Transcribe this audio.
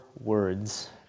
words